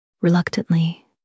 Reluctantly